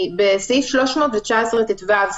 בסעיף 319טו,